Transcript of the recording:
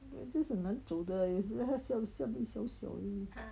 真是很难走的又是它下面小小